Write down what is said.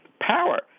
power